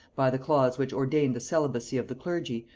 by the clause which ordained the celibacy of the clergy,